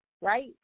right